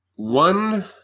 one